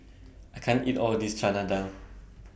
I can't eat All of This Chana Dal